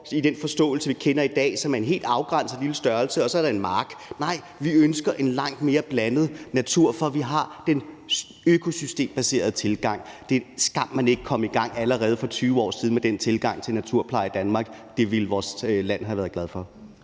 i den forstand, vi kender i dag, som er en helt afgrænset lille størrelse, og hvor der så er en mark. Nej, vi ønsker en langt mere blandet natur, for vi har den økosystembaserede tilgang. Det er en skam, man ikke kom i gang allerede for 20 år siden med den tilgang til naturpleje i Danmark. Det ville vores land have været glad for.